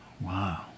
Wow